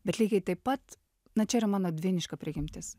bet lygiai taip pat na čia yra mano dvyniška prigimtis